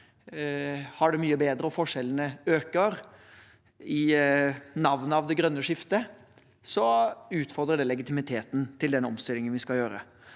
har det mye bedre, og forskjellene øker – i navnet av det grønne skiftet – så utfordrer det legitimiteten til den omstillingen vi skal gjøre.